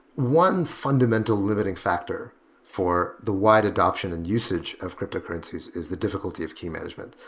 one fundamental limiting factor for the wide adoption and usage of cryptocurrencies is the difficulty of key management.